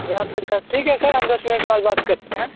रात तक था ठीक है सर हम दस मिनट बाद बात करते हैं